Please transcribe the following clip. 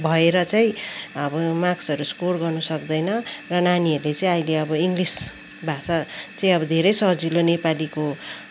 भएर चाहिँ अब मार्क्सहरू स्कोर गर्नु सक्दैन र नानीहरूले चाहिँ अहिले अब इङ्ग्लिस भाषा चाहिँ अब धेरै सजिलो नेपालीको